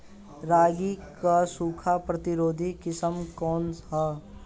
रागी क सूखा प्रतिरोधी किस्म कौन ह?